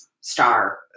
star